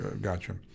Gotcha